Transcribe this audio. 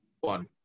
one